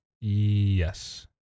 Yes